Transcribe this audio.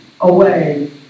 away